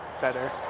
better